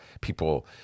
People